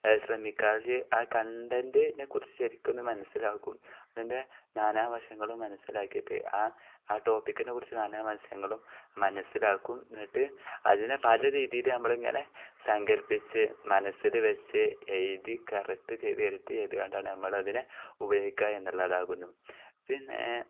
ശ്രമിക്കാറ് ആ കണ്ടന്റിനെ കുറിച്ച് ശരിക്ക് ഒന്ന് മനസ്സിലാക്കും അതിൻ്റെ നാനാവശങ്ങളും മനസ്സിലാക്കിയിട്ട് ആ ആ ടോപ്പിക്കിനെക്കുറിച്ച് നാനാവശങ്ങളും മനസ്സിലാക്കും എന്നിട്ട് അതിനെ പല രീതിയിൽ നമ്മൾ ഇങ്ങനെ ശ്രദ്ധിച്ച് മനസ്സിൽ വെച്ച് എഴുതി കറക്റ്റ് ചെയ്ത് എടുത്ത് ചെയ്തു കൊണ്ടാണ് നമ്മൾ അതിനെ ഉപയോഗിക്കുക എന്നുള്ളതാകുന്നു പിന്നെ